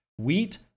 wheat